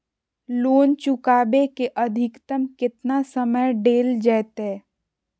Loan चुकाबे के अधिकतम केतना समय डेल जयते?